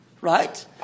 right